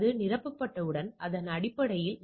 எனவே 164 என்பது 4